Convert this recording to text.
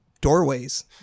doorways